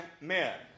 men